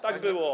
Tak było.